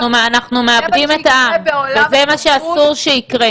אנחנו מאבדים את העם וזה מה שאסור שיקרה.